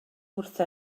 wrtho